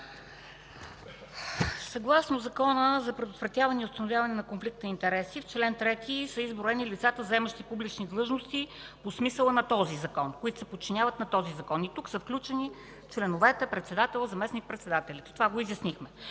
В Закона за предотвратяване и установяване на конфликт на интереси, в чл. 3 са изброени лицата, заемащи публични длъжности по смисъла на този Закон, които се подчиняват на този Закон. Тук са включени членовете, председателят и заместник-председателите. Това го изяснихме.